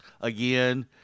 again